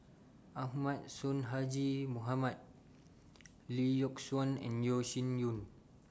Ahmad Sonhadji Mohamad Lee Yock Suan and Yeo Shih Yun